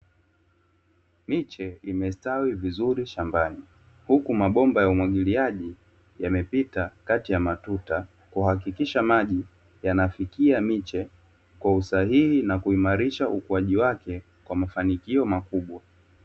Miche imestawi vizuri shambani, huku mabomba ya umwagiliaji yamepita kati ya matuta kuhakikisha maji yanafikia miche kwa usahihi na kuimarisha ukuaji wake kwa mafanikio makubwa.